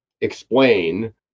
explain